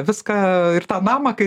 viską ir tą namą kai